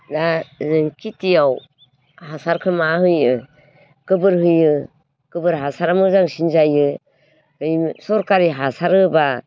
बे जों खिथियाव हासारखौ मा होयो गोबोर होयो गोबोर हासारा मोजांसिन जायो बै सरखारि हासार होबा